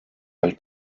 welt